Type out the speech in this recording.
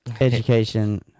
Education